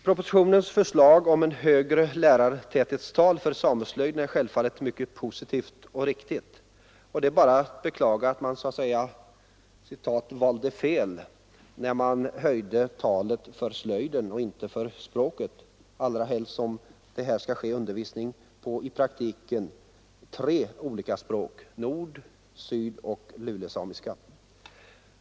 Propositionens förslag om högre lärartäthetstal för sameslöjden är självfallet mycket positivt och riktigt. Det är bara att beklaga att man så att säga ”valde fel” när man höjde talet för slöjden och inte för språket, allra helst som det här skall ske undervisning på i praktiken tre olika språk: nord-, sydoch lulesamiska.